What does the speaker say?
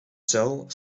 cel